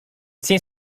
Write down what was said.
tient